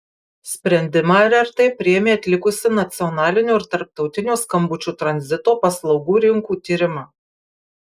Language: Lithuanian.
sprendimą rrt priėmė atlikusi nacionalinio ir tarptautinio skambučių tranzito paslaugų rinkų tyrimą